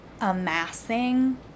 amassing